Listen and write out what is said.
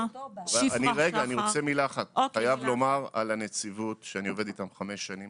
חייב לומר על הנציבות שאני עובד איתם חמש שנים